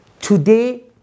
Today